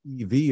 EV